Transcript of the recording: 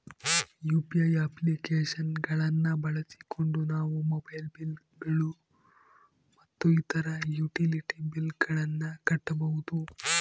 UPI application ಗಳನ್ನ ಬಳಸಿಕೊಂಡು ನಾವು ಮೊಬೈಲ್ ಬಿಲ್ ಗಳು ಮತ್ತು ಇತರ ಯುಟಿಲಿಟಿ ಬಿಲ್ ಗಳನ್ನ ಕಟ್ಟಬಹುದು